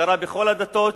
"הכרה בכל הדתות",